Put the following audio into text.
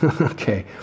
Okay